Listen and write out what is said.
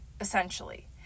essentially